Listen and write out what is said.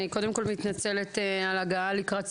אני קודם כל מתנצלת על ההגעה לקראת סיום,